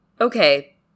Okay